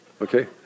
Okay